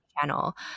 channel